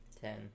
Ten